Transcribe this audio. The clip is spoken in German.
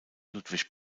ludwig